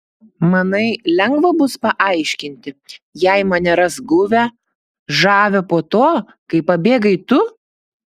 manai lengva bus paaiškinti jei mane ras guvią žavią po to kai pabėgai tu